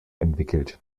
entwickelt